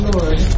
Lord